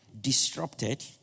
disrupted